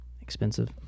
expensive